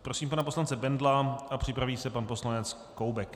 Prosím pana poslance Bendla a připraví se pan poslanec Koubek.